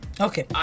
Okay